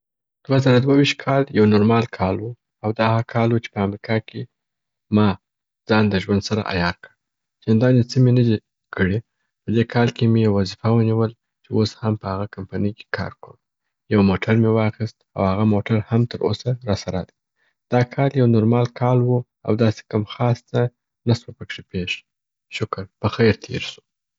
دوه زره دوویشت کال یو نورمال کال و او دا هغه کال و چې په امریکا کي ما ځان د ژوند سره عیار کړ. چنداني څه مي نه دي کړئ. په دې کال کې مي یو وظیفه ونیول چې اوس هم په هغه کمپنۍ کي کار کوم، یو موټر مي واخیست او هغه موټر هم تر اوسه را سره دی. دا کال یو نورمال کال و او داسي کم خاص څه نه سوه پکښي پیښ. شکر په خیر تیر سو.